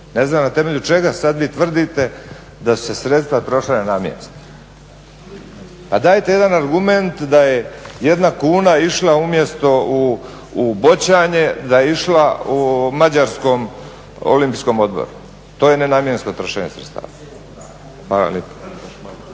Ne znam na temelju čega sad vi tvrdite da su se sredstva trošila nenamjenski? Pa dajte jedan argument da je jedna kuna išla umjesto u bočanje da je išla u Mađarskom olimpijskom odboru, to je nenamjensko trošenje sredstava.